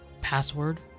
Password